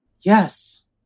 Yes